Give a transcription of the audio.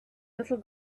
little